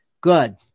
Good